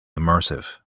immersive